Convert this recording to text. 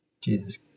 Jesus